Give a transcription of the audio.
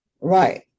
Right